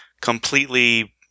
completely